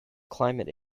climate